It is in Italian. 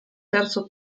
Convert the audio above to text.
terzo